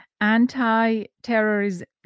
Anti-Terrorism